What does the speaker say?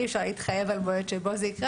אי אפשר להתחייב על מועד שבו זה יקרה.